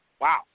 wow